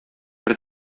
бер